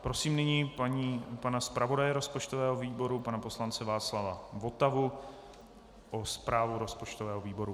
Prosím nyní pana zpravodaje rozpočtového výboru, pana poslance Václava Votavu, o zprávu rozpočtového výboru.